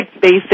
basic